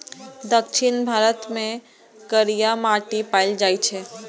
दक्षिण भारत मे करिया माटि पाएल जाइ छै